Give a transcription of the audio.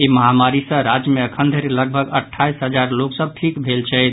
ई महामारी सँ राज्य मे अखन धरि लगभग अठाईस हजार लोक सभ ठीक भेल छथि